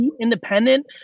independent